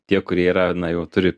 tie kurie yra na jau turi